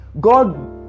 God